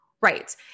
right